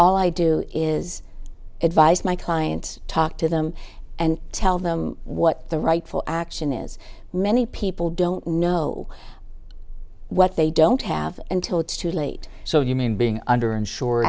all i do is advise my clients talk to them and tell them what the rightful action is many people don't know what they don't have until it's too late so you mean being under insured